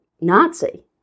Nazi